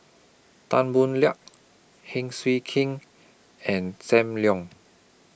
Tan Boo Liat Heng Swee King and SAM Leong